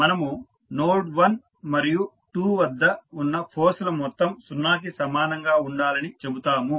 మనము నోడ్ 1 మరియు 2 వద్ద ఉన్న ఫోర్స్ ల మొత్తం సున్నా కి సమానంగా ఉండాలని చెబుతాము